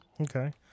Okay